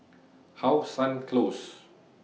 How Sun Close